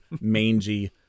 mangy